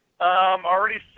already